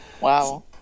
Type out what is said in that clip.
Wow